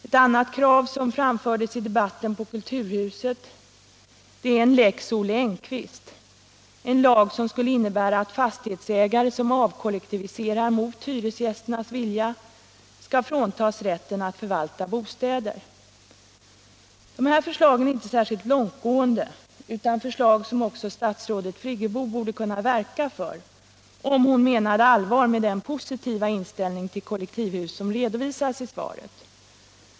Ett annat krav, som framfördes i debatten i Kulturhuset, är en Lex Olle Engkvist — en lag som skulle innebära att en fastighetsägare som avkollektiviserar mot hyresgästernas vilja skall fråntas rätten att förvalta bostäder. De här förslagen är inte särskilt långtgående, utan sådana att också statsrådet Friggebo borde kunna verka för dem, om hon menade allvar med den positiva inställning till kollektivhus som hon redovisade i svaret.